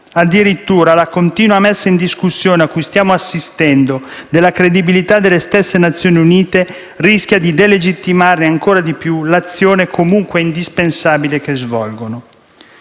Addirittura, la continua messa in discussione, a cui stiamo assistendo, della credibilità delle stesse Nazioni Unite rischia di delegittimare ancora di più l'azione comunque indispensabile che svolgono.